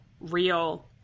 real